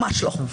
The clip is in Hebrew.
ממש לא.